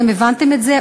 אתם הבנתם את זה?